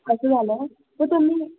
असं झालं आहे तर तुम्ही